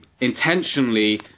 intentionally